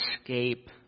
escape